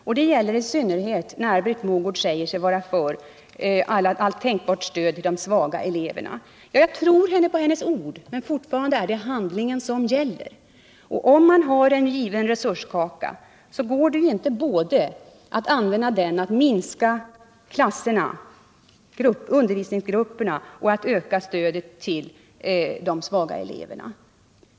Detta gäller i synnerhet när Britt Mogård säger sig vara för allt tänkbart stöd till de svaga eleverna. Jag tror på hennes ord, men fortfarande är det handlingen som gäller. Om man har en given resurskaka, så går det inte att använda den till att både minska klassernas eller undervisningsgruppernas storlek och samtidigt öka stödet till de svaga eleverna.